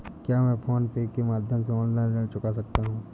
क्या मैं PhonePe के माध्यम से ऑनलाइन ऋण चुका सकता हूँ?